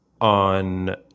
on